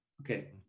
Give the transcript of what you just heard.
Okay